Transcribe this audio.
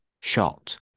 shot